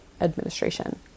administration